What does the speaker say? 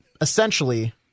Essentially